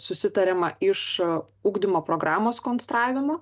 susitariama iš ugdymo programos konstravimo